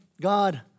God